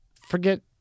forget